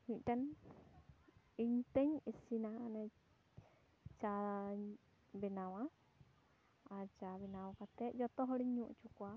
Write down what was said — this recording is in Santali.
ᱢᱤᱫᱴᱮᱱ ᱤᱧ ᱛᱮᱧ ᱤᱥᱤᱱᱟ ᱚᱱᱮ ᱪᱟᱧ ᱵᱮᱱᱟᱣᱟ ᱟᱨ ᱪᱟ ᱵᱮᱱᱟᱣ ᱠᱟᱛᱮ ᱡᱚᱛᱚ ᱦᱚᱲᱤᱧ ᱧᱩ ᱚᱪᱚ ᱠᱚᱣᱟ